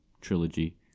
trilogy